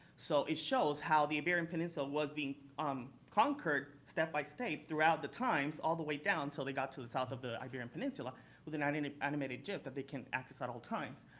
so it shows how the iberian peninsula was being um conquered state by state throughout the times all the way down until they got to the south of the iberian peninsula with an and and animated gif that they can access at all times.